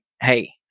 hey